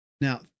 Now